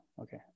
okay